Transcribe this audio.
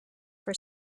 for